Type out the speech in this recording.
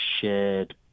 shared